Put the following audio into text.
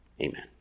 Amen